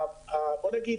בוא נגיד